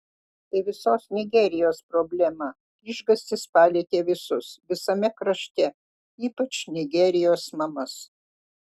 tai visos nigerijos problema išgąstis palietė visus visame krašte ypač nigerijos mamas